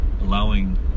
allowing